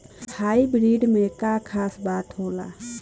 Hybrid में का खास बात होला?